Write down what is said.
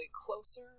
closer